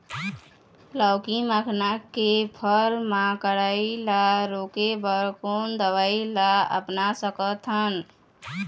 लाउकी मखना के फर मा कढ़ाई ला रोके बर कोन दवई ला अपना सकथन?